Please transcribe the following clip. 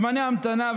זמני המתנה,